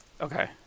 Okay